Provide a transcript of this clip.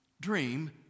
Dream